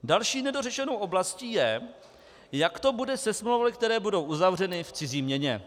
Další nedořešenou oblastí je, jak to bude se smlouvami, které budou uzavřeny v cizí měně.